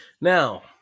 Now